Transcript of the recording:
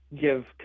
give